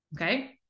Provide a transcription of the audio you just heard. Okay